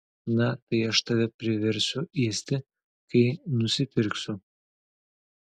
na tai aš tave priversiu ėsti kai nusipirksiu